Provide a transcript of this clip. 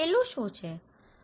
પેલું શું છે